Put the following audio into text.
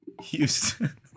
Houston